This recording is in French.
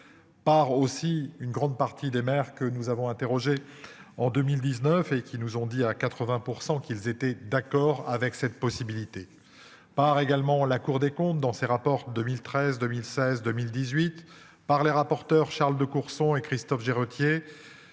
Par aussi une grande partie des maires que nous avons interrogé en 2019 et qui nous ont dit à 80% qu'ils étaient d'accord avec cette possibilité par également la Cour des comptes dans ces rapports, 2013 2016 2018 par les rapporteurs, Charles de Courson et Christophe j'et.